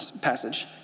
passage